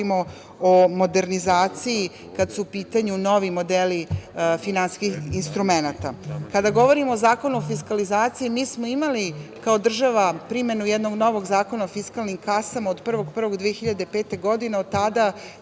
o modernizaciji kada su pitanju novi modeli finansijskih instrumenata. Kada govorimo o Zakonu o fiskalizaciji imali smo kao država primenu jednog novog Zakona o fiskalnim kasama od 1.1.2005. godine. Od tada